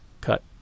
cut